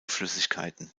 flüssigkeiten